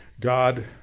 God